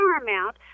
amount